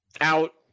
out